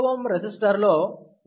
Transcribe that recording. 4 kΩ resistor లో voltage 4V